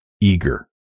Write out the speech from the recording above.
eager